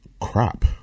crap